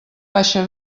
baixa